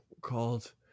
called